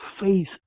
faith